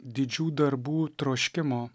didžių darbų troškimo